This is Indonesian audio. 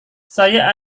saya